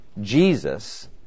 Jesus